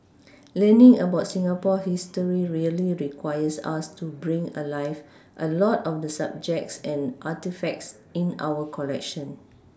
learning about Singapore history really requires us to bring alive a lot on the objects and artefacts in our collection